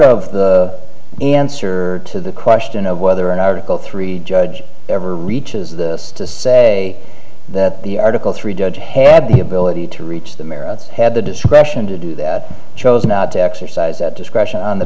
of the answer to the question of whether an article three judge ever reaches this to say that the article three judge had the ability to reach the merits had the discretion to do chose not to exercise that discretion on the